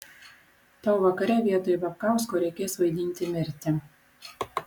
tau vakare vietoj babkausko reikės vaidinti mirtį